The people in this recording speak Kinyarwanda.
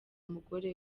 umugore